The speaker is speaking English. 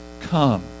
come